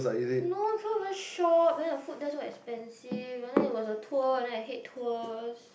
no cannot even shop then the food there so expensive and then it was a tour and then I hate tours